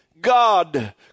God